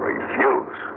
Refuse